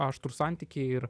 aštrūs santykiai ir